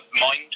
Mind